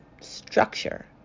structure